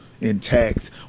intact